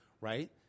right